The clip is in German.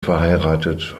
verheiratet